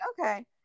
okay